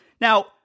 Now